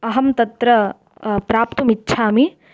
अहं तत्र प्राप्तुम् इच्छामि